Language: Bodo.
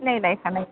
सिनायलायखानाय